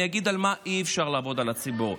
אני אגיד במה אי-אפשר לעבוד על הציבור.